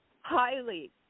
highly